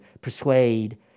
persuade